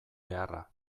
beharra